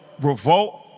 Revolt